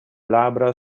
labbra